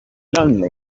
lonely